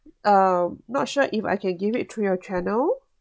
um I'm not sure if I can give it through your channel